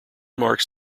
marks